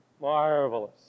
Marvelous